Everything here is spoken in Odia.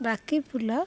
ବାକି ଫୁଲ